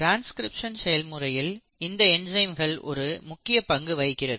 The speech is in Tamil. ட்ரான்ஸ்கிரிப்சன் செயல்முறையில் இந்த என்சைம்கள் ஒரு முக்கிய பங்கு வகிக்கிறது